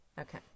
Okay